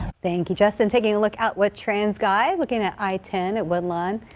thank you justin taking a look at with transguide looking at i ten at woodlawn.